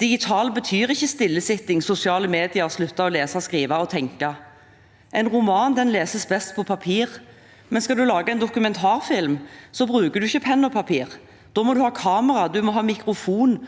«Digital» betyr ikke stillesitting, sosiale medier og å slutte å lese, skrive og tenke. En roman leses best på papir, men skal man lage en dokumentarfilm, bruker man ikke penn og papir. Da må man ha kamera, mikrofon,